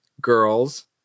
girls